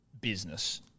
Business